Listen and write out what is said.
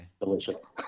Delicious